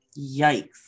yikes